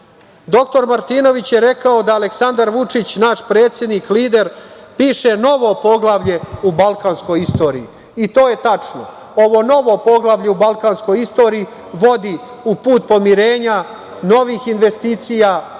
Doktor Martinović je rekao da Aleksandar Vuči, naš predsednik, lider, piše novo poglavlje u balkanskoj istoriji. To je tačno. Ovo novo poglavlje u balkanskoj istoriji vodi u put pomirenja, novih investicija,